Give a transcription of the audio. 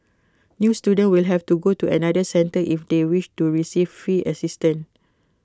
new students will have to go to another centre if they wish to receive fee assistance